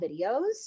videos